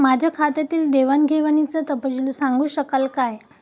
माझ्या खात्यातील देवाणघेवाणीचा तपशील सांगू शकाल काय?